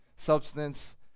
substance